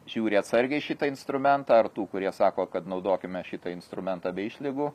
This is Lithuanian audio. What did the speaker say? žiūri atsargiai į šitą instrumentą ar tų kurie sako kad naudokime šitą instrumentą be išlygų